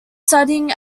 studying